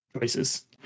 choices